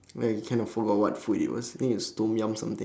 ya I kind of forgot what food it was I think is tom-yum something